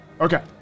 Okay